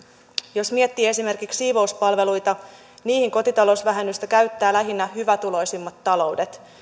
jos miettii esimerkiksi siivouspalveluita niihin kotitalousvähennystä käyttävät lähinnä hyvätuloisimmat taloudet